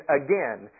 again